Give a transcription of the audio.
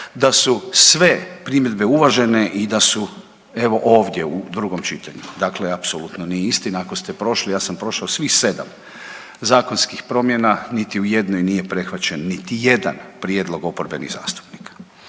da su sve primjedbe uvažene i da su evo ovdje u drugom čitanju. Dakle, apsolutno nije istina. Ako ste prošli, ja sam prošao svih sedam zakonskih promjena. Niti u jednoj nije prihvaćen niti jedan prijedlog oporbenih zastupnika.